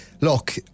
look